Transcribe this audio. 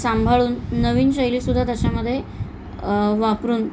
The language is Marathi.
सांभाळून नवीन शैलीसुद्धा त्याच्यामध्ये वापरून